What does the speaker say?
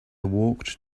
walked